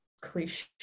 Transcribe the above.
cliche